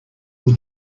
will